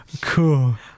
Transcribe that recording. Cool